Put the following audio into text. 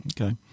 Okay